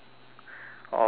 or not